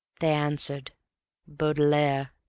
they answered baudelaire.